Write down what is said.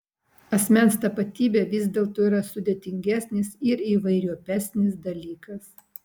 asmens tapatybė vis dėlto yra sudėtingesnis ir įvairiopesnis dalykas